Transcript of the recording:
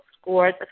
scores